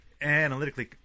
analytically